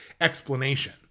explanation